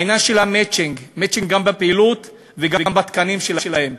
העניין של המצ'ינג, גם בפעילות וגם בתקנים שלהם.